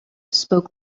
spoke